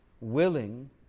willing